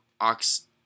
ox